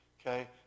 Okay